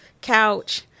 couch